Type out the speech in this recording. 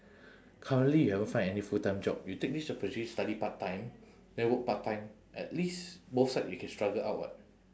currently you haven't find any full-time job you take this opportunity study part-time then work part-time at least both side you can struggle up what